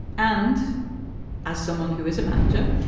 and as someone who is a manager,